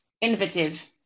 innovative